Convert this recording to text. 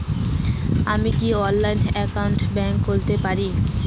আমি কি অনলাইনে ব্যাংক একাউন্ট খুলতে পারি?